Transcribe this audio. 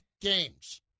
games